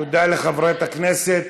תודה לחברת הכנסת